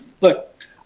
Look